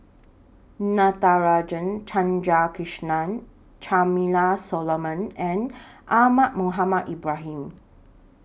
Natarajan Chandrasekaran Charmaine Solomon and Ahmad Mohamed Ibrahim